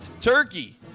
turkey